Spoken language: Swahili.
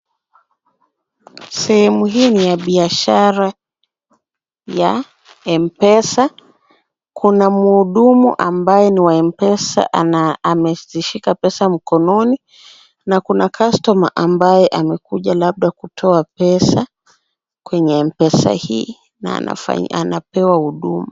Sehemu hii ni ya biashara ya mpesa. Kuna mhudumu ambaye ni wa mpesa na amezishika pesa mkononi na kuna customer ambaye amekuja labda kutoa pesa kwenye mpesa hii na anapewa huduma.